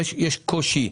יש קושי.